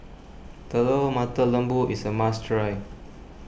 Telur Mata Lembu is a must try